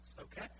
okay